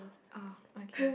oh okay